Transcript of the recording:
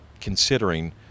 considering